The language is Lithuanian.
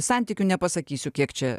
santykių nepasakysiu kiek čia